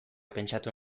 pentsatu